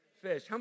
fish